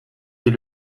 est